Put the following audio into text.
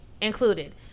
included